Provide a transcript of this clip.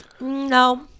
No